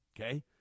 okay